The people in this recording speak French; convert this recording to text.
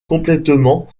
complètement